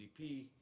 GDP